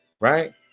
right